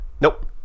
Nope